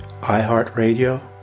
iHeartRadio